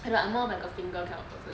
I'm more like a finger kind of person so